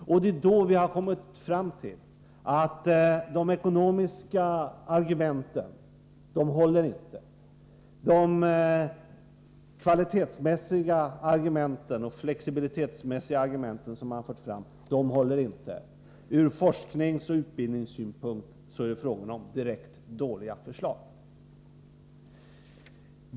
Och vi har då kommit fram till att de ekonomiska argumenten inte håller och att de kvalitetsmässiga och flexibilitetsmässiga argumenten inte heller håller. Från forskningsoch utbildningssynpunkt är det fråga om direkt omöjliga förslag.